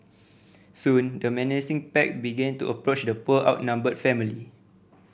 soon the menacing pack began to approach the poor outnumbered family